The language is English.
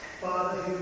Father